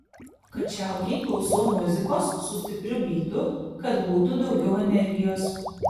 kačialkėj klausau muzikos su stipriu bytu kad būtų daugiau energijos